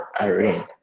Irene